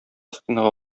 стенага